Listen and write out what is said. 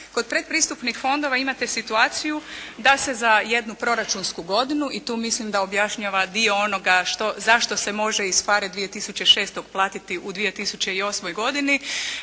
kod predpristupnih fondova imate situaciju da se za jednu proračunsku godinu i tu mislim da objašnjava dio onoga zašto se može iz FARE 2006. platiti u 2008. godini.